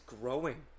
growing